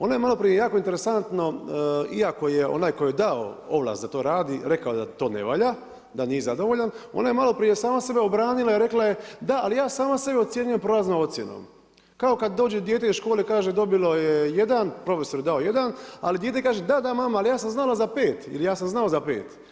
Ona je malo prije jako interesantno iako je onaj tko joj je dao ovlast da to radi rekao da to ne valja, da nije zadovoljan, ona je malo prije sama sebe obranila i rekla je: „Da, ali ja sama sebe ocjenjujem prolaznom ocjenom.“ Kao kada dođe dijete iz škole i kaže dobilo je jedan, profesor je dao jedan, ali dijete kaže: „Da, da, mama, ali ja sam znala za pet“, ili “ja sam znao za pet“